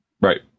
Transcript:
Right